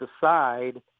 decide